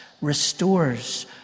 restores